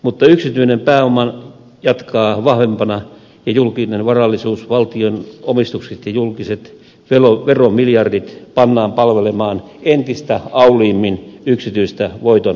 mutta yksityinen pääoma jatkaa vahvempana ja julkinen varallisuus valtion omistukset ja julkiset veromiljardit pannaan palvelemaan entistä auliimmin yksityistä voiton saalistusta